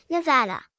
Nevada